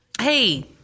Hey